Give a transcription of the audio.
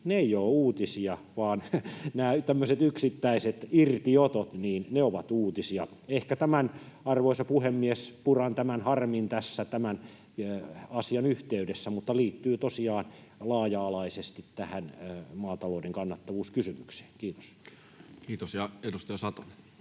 eivät ole uutisia, vaan nämä tämmöiset yksittäiset irtiotot ovat uutisia. Ehkä tämän harmin, arvoisa puhemies, puran tässä tämän asian yhteydessä, mutta tämä liittyy tosiaan laaja-alaisesti tähän maatalouden kannattavuuskysymykseen. — Kiitos. [Speech